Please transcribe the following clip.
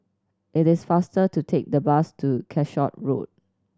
it is faster to take the bus to Calshot Road